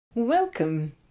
Welcome